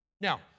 Now